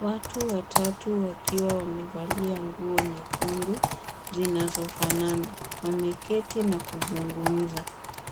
Watu watatu wakiwa wamevalia nguo nyekundu zinazofanana. Wameketi na kuzungumza.